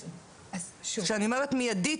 כשאני אומרת מיידית,